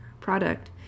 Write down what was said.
product